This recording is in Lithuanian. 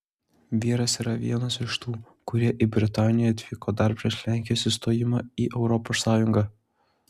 vyras yra vienas iš tų kurie į britaniją atvyko dar prieš lenkijos įstojimą į europos sąjungą